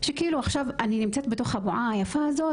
שכאילו עכשיו אני נמצאת בתוך הבועה היפה הזאת,